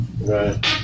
Right